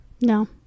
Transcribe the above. No